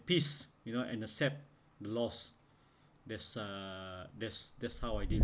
peace you know and accept the loss there's uh there's there's how I did